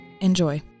Enjoy